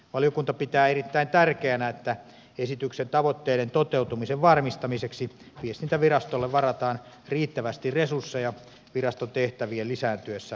valiokunta pitää erittäin tärkeänä että esityksen tavoitteiden toteutumisen varmistamiseksi viestintävirastolle varataan riittävästi resursseja viraston tehtävien lisääntyessä lain toimeenpanon vuoksi